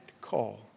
call